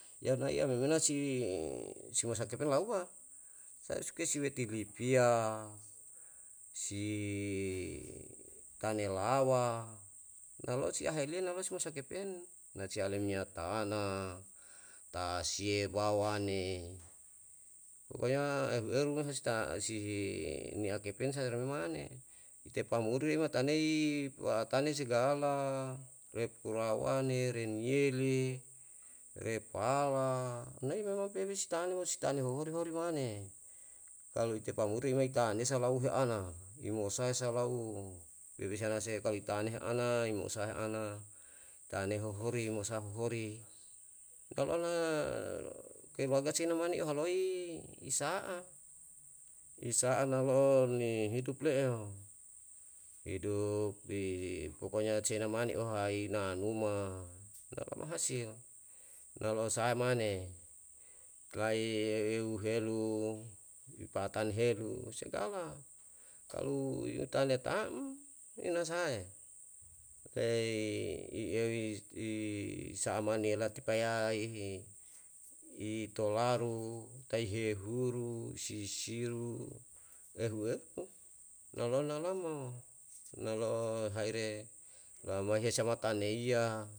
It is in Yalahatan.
yana ya memena si, si masa kepen lauwa, sae si weti lipia, si tanelawa, nalo'o si aheliya nalo si masa kepen, na si ale minya tanah, tasiye, bawane, pokoknya eru eru me ne si ta si niya kepen saire mane, tepamuru re ma tanei paatane segala, re pulawane, re niyeli, re pala, nai memang pepesi si tane mo si tane huhuri hori mane, kalu tepamuri me kanea lau he ana, isomae sa lau remesa sai pahutane ana imosahe ana, tanei huhuri mo sa sapuhori, keluarga si na mane yo haloi isa'a, isa''a nalo ni hidup le'eyo. Hidup di pokoknya seina mane ohai na luma, lama'a si yo, na lo'o sae mane, nai ehuhelu, ipatanhelu. segala, kalu utane ina sahae? Tei i eu i, isa'a mniela tipaya'i ihi, itolaru, tai hiyehuru, sisisru, ehueru lo. Na lona lamao, nalo'o saire la ma hesa mata neiya